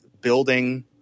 building